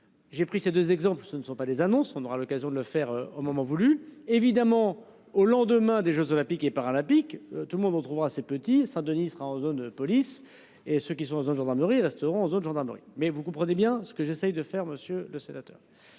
J'ai pris ces 2 exemples, ce ne sont pas des annonces, on aura l'occasion de le faire au moment voulu évidemment au lendemain des Jeux olympiques et paralympiques tout le monde on trouvera ses petits Denis sera en zone police et ceux qui sont en zone gendarmerie resteront en zone gendarmerie. Mais vous comprenez bien ce que j'essaie de faire. Monsieur le sénateur.